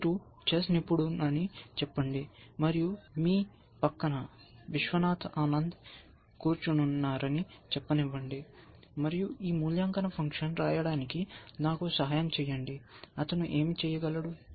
మీరు చెస్ నిపుణుడని చెప్పండి మరియు సరే మీ పక్కన విశ్వనాథన్ ఆనంద్ కూర్చున్నారని చెప్పనివ్వండి మరియు ఈ మూల్యాంకన ఫంక్షన్ రాయడానికి నాకు సహాయం చెయ్యండి అతను ఏమి చెప్పగలడు